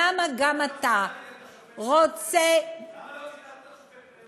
למה גם אתה רוצה, למה לא ציטטת את השופט,